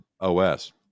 OS